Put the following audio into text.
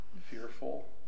Fearful